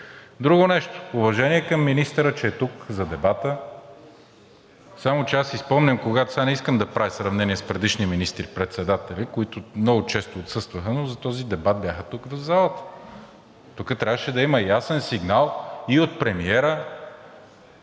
Друго нещо, уважение към министъра, че е тук за дебата. Само че аз си спомням, сега не искам да правя сравнение с предишни министри и председатели, които много често отсъстваха, но за този дебат бяха тук в залата. Тук трябваше да има ясен сигнал и от премиера